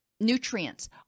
nutrients